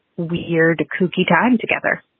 we hear the cookie time together.